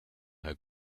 her